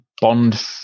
Bond